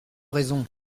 raison